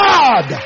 God